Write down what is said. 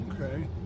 Okay